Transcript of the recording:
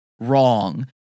wrong